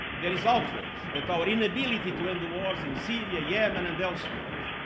there is outrage at our inability to end the wars in syria, yemen and elsewhere.